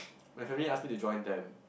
my family ask me to join them